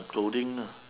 clothing lah